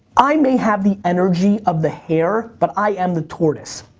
i may have the energy of the hare, but i am the tortoise.